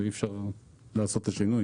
אי אפשר לעשות את השינוי